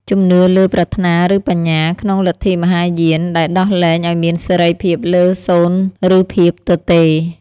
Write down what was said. ជំនឿលើប្រាថ្នាឬបញ្ញា ក្នុងលទ្ធិមហាយាន ដែលដោះលែងឱ្យមានសេរីភាពលើសូន្យឬភាពទទេ។